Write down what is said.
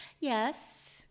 Yes